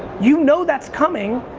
you know that's coming.